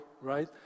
right